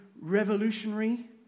revolutionary